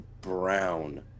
brown